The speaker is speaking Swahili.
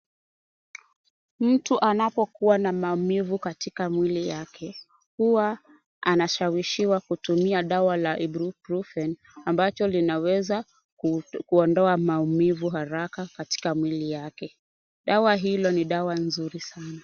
Mtu anapokuwa na maumivu katika mwili yake huwa anashawishiwa kutumia dawa la Ibrufen ambacho linaweza kuondoa maumivu haraka katika mwili yake. Dawa hilo ni dawa nzuri sana.